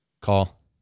call